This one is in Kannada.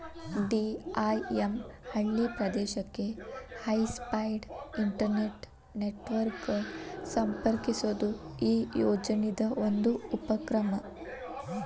ಡಿ.ಐ.ಎಮ್ ಹಳ್ಳಿ ಪ್ರದೇಶಕ್ಕೆ ಹೈಸ್ಪೇಡ್ ಇಂಟೆರ್ನೆಟ್ ನೆಟ್ವರ್ಕ ಗ ಸಂಪರ್ಕಿಸೋದು ಈ ಯೋಜನಿದ್ ಒಂದು ಉಪಕ್ರಮ